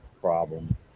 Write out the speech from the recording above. problem